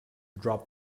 drop